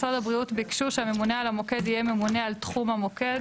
משרד הבריאות ביקשו שהממונה על המוקד יהיה ממונה על תחום המוקד.